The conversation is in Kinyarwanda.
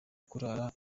kurara